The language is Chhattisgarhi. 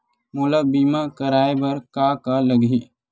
मोला बीमा कराये बर का का लगही?